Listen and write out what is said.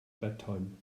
bedtime